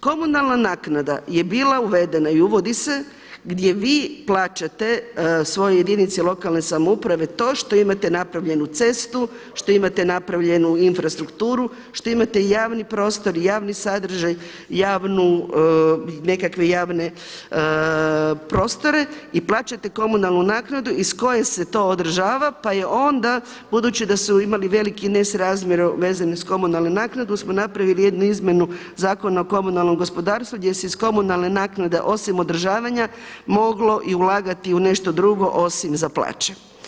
Komunalna naknada je bila uvedena i uvodi se gdje vi plaćate svoje jedinice lokalne samouprave to što imate napravljenu cestu, što imate napravljenu infrastrukturu, što imate javni prostor i javni sadržaj, javnu, nekakve javne prostore i plaćate komunalnu naknadu iz koje se to održava pa je onda budući da su imali veliki nesrazmjer vezan uz komunalnu naknadu smo napravili jednu izmjenu Zakona o komunalnom gospodarstvu gdje se iz komunalne naknade osim održavanja moglo i ulagati u nešto drugo osim za plaće.